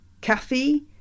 kathy